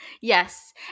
Yes